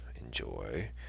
enjoy